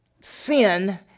sin